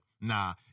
nah